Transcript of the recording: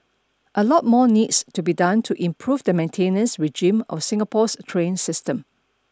a lot more needs to be done to improve the maintenance regime of Singapore's train system